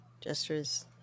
gestures